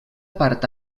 part